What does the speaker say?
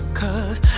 cause